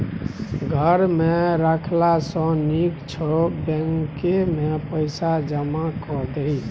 घर मे राखला सँ नीक छौ बैंकेमे पैसा जमा कए दही